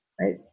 Right